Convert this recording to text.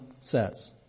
says